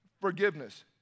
forgiveness